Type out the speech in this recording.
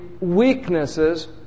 weaknesses